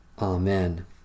Amen